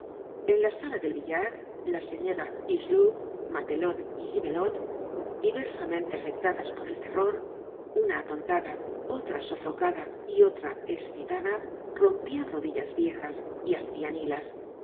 en la sala del billar la señora hucheloup matelote y gibelote diversamente afectadas por el terror una atontada otra sofocada y otra escitada rompian rodillas viejas y hacian hilas